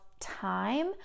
time